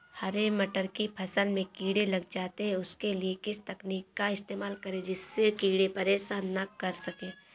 हरे मटर की फसल में कीड़े लग जाते हैं उसके लिए किस तकनीक का इस्तेमाल करें जिससे कीड़े परेशान ना कर सके?